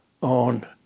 on